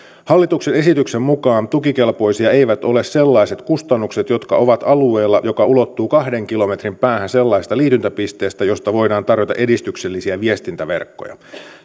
hallituksen esityksen mukaan tukikelpoisia eivät ole sellaiset kustannukset jotka ovat alueella joka ulottuu kahden kilometrin päähän sellaisesta liityntäpisteestä josta voidaan tarjota edistyksellisiä viestintäverkkoja